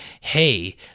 hey